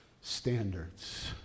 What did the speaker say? standards